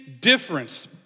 difference